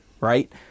right